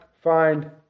find